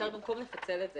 במקום לפצל את זה,